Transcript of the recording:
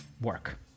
work